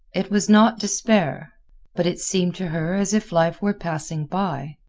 it was not despair but it seemed to her as if life were passing by,